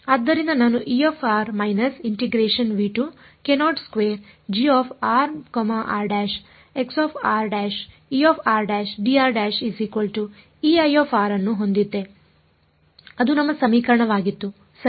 ಆದ್ದರಿಂದ ನಾನು ಅನ್ನು ಹೊಂದಿದ್ದೆ ಅದು ನಮ್ಮ ಸಮೀಕರಣವಾಗಿತ್ತು ಸರಿ